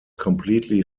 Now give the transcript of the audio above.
completely